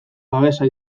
babesa